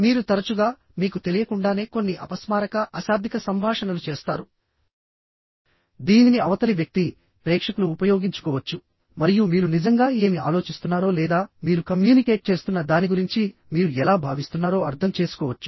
మీరు తరచుగా మీకు తెలియకుండానే కొన్ని అపస్మారక అశాబ్దిక సంభాషణలు చేస్తారుదీనిని అవతలి వ్యక్తి ప్రేక్షకులు ఉపయోగించుకోవచ్చు మరియు మీరు నిజంగా ఏమి ఆలోచిస్తున్నారో లేదా మీరు కమ్యూనికేట్ చేస్తున్న దాని గురించి మీరు ఎలా భావిస్తున్నారో అర్థం చేసుకోవచ్చు